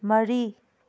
ꯃꯔꯤ